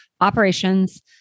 operations